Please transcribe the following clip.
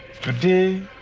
Today